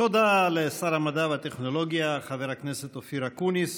תודה לשר המדע והטכנולוגיה חבר הכנסת אופיר אקוניס.